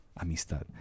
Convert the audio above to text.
amistad